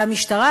והמשטרה,